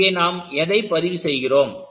இங்கே நாம் எதை பதிவு செய்கிறோம்